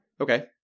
Okay